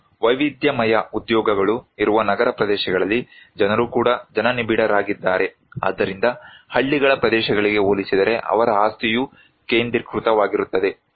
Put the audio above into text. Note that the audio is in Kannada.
ಮತ್ತು ವೈವಿಧ್ಯಮಯ ಉದ್ಯೋಗಗಳು ಇರುವ ನಗರ ಪ್ರದೇಶಗಳಲ್ಲಿ ಜನರು ಕೂಡ ಜನನಿಬಿಡರಾಗಿದ್ದಾರೆ ಆದ್ದರಿಂದ ಹಳ್ಳಿಗಳ ಪ್ರದೇಶಗಳಿಗೆ ಹೋಲಿಸಿದರೆ ಅವರ ಆಸ್ತಿಯೂ ಕೇಂದ್ರೀಕೃತವಾಗಿರುತ್ತದೆ